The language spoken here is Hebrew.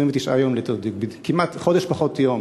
פחות יום,